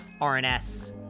rns